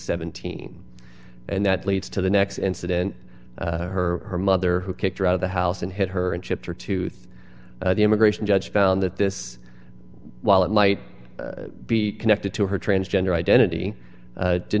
seventeen and that leads to the next incident her her mother who kicked her out of the house and hit her and shipped her tooth the immigration judge found that this while it might be connected to her transgender identity